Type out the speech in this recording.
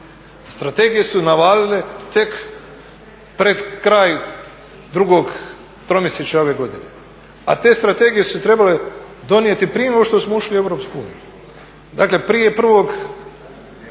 Strategije su navalile tek pred kraj drugog tromjesečja ove godine, a te strategije su se trebale donijeti prije nego što smo ušli u EU. Dakle, prije 01.